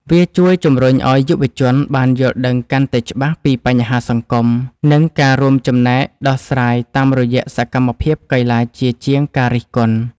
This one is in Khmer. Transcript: វាជួយជម្រុញឱ្យយុវជនបានយល់ដឹងកាន់តែច្បាស់ពីបញ្ហាសង្គម និងការរួមចំណែកដោះស្រាយតាមរយៈសកម្មភាពកីឡាជាជាងការរិះគន់។